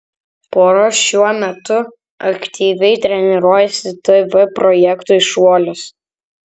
pora šiuo metu aktyviai treniruojasi tv projektui šuolis